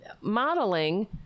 modeling